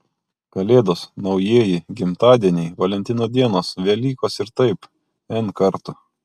kalėdos naujieji gimtadieniai valentino dienos velykos ir taip n kartų